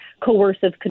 coercive